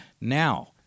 Now